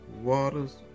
waters